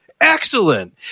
excellent